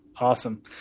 Awesome